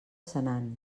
senan